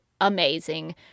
amazing